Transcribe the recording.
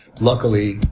Luckily